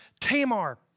Tamar